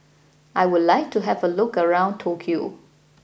I would like to have a look around Tokyo